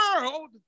world